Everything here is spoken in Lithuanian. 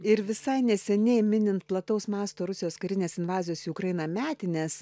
ir visai neseniai minint plataus masto rusijos karinės invazijos į ukrainą metines